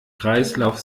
kreislauf